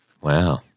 Wow